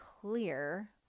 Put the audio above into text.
clear